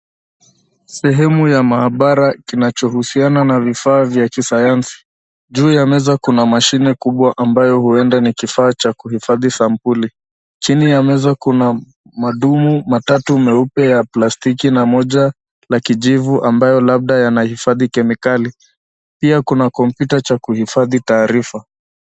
Sehemu ya maabara kinachohusiana na vifaa vya kisayansi. Juu ya meza kuna mashine kubwa ambayo huenda ni kifaa cha kuhifadhi sampuli . Chini ya meza kuna madumu matatu meupe ya plastiki na moja la kijivu ambayo labda yanahifadhi kemikali . Pia kuna kompyuta ya kuhifadhi taarifa.